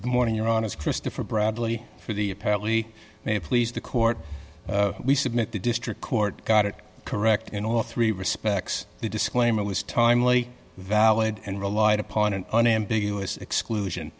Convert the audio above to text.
morning you're on is christopher bradley for the apparently they please the court we submit the district court got it correct in all three respects the disclaimer was timely valid and relied upon an unambiguous exclusion